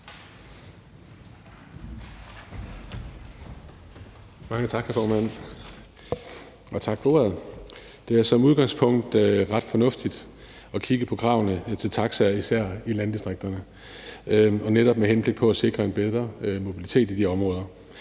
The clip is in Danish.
Mange tak for ordet, hr. formand. Det er som udgangspunkt ret fornuftigt at kigge på kravene til taxakørsel, især i landdistrikterne, netop med henblik på at sikre en bedre mobilitet i de områder.